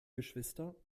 geschwister